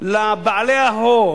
לבעלי ההון,